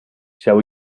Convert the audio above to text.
shall